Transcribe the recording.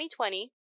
2020